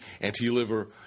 anti-liver